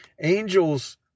angels